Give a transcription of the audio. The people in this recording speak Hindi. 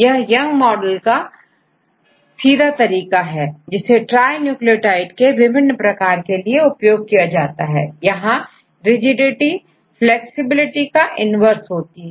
यह यंग मॉड्यूलर का सीधा तरीका है जिसे ट्राई न्यूक्लियोटाइड्स के विभिन्न प्रकार के लिए उपयोग किया जा सकता है यहां rigidityफ्लैक्सिबिलिटी की इन्वर्स होती है